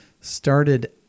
started